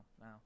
no